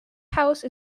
house